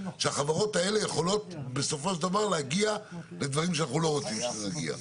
שהחברות האלה יכולות בסופו של דבר להגיע לדברים שאנחנו לא רוצים שנגיע.